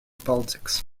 politics